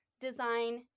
design